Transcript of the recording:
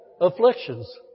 Afflictions